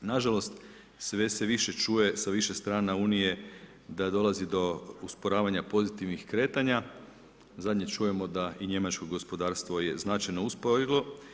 Nažalost, sve se više čuje, sa više strana EU da dolazi do usporavanja pozitivnih kretanja, zadnje čujemo da i Njemačko gospodarstvo je značajno usporilo.